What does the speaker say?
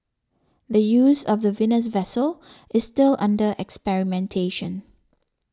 the use of the Venus vessel is still under experimentation